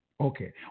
Okay